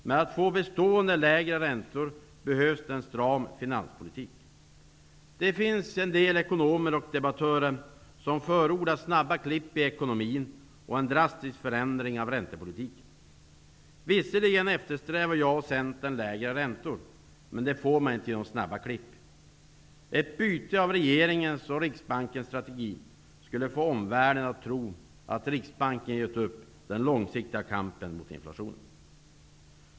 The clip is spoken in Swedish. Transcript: Men för att nå bestående lägre räntor behövs en stram finanspolitik. Det finns en del ekonomer och debattörer som förordar snabba klipp i ekonomin och en drastisk förändring av räntepolitiken. Visserligen eftersträvar jag och Centern lägre räntor, men det får man inte genom snabba klipp. Ett byte av regeringens och Riksbankens strategi skulle få omvärlden att tro att Riksbanken har gett upp den långsiktiga kampen mot inflationen.